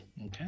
Okay